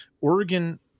Oregon